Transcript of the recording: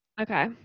Okay